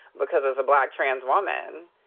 because as a black trans woman,